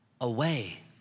away